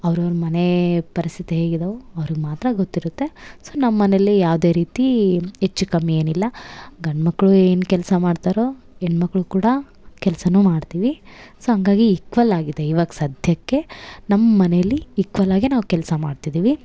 ಅವ್ರವ್ರ ಮನೇ ಪರಿಸ್ಥಿತಿ ಹೇಗಿದಾವೋ ಅವ್ರಿಗೆ ಮಾತ್ರ ಗೊತ್ತಿರುತ್ತೆ ಸೋ ನಮ್ಮ ಮನೇಲಿ ಯಾವುದೇ ರೀತೀ ಹೆಚ್ಚು ಕಮ್ಮಿ ಏನಿಲ್ಲ ಗಂಡುಮಕ್ಳು ಏನು ಕೆಲಸ ಮಾಡ್ತಾರೋ ಹೆಣ್ಮಕ್ಳು ಕೂಡ ಕೆಲ್ಸ ಮಾಡ್ತೀವಿ ಸೋ ಹಂಗಾಗಿ ಈಕ್ವಲ್ ಆಗಿದೆ ಇವಾಗ್ ಸಧ್ಯಕ್ಕೆ ನಮ್ಮಮನೇಲಿ ಈಕ್ವಲಾಗೆ ನಾವು ಕೆಲಸ ಮಾಡ್ತಿದಿವಿ